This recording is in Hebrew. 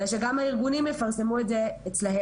אלא שגם הארגונים יפרסמו את זה אצלם,